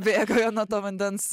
bėga jie nuo to vandens